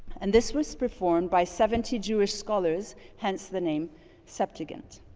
and this was performed by seventy jewish scholars, hence the name septuagint.